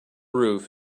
roof